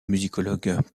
musicologue